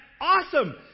awesome